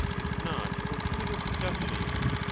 and not fortuitous productions.